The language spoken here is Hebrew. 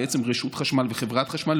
בעצם רשות החשמל וחברת החשמל,